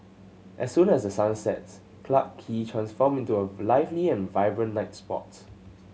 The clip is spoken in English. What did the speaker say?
as soon as the sun sets Clarke Quay transform into a lively and vibrant night spot